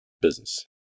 business